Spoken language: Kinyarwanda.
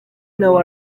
nawe